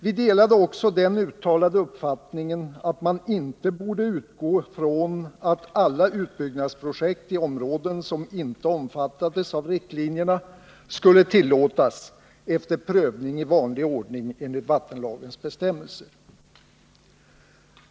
Vi delade också den då uttalade uppfattningen att man inte borde utgå från att alla utbyggnadsprojekt i områden som inte omfattades av riktlinjerna skulle tillåtas efter prövning i vanlig ordning enligt vattenlagens bestämmelser.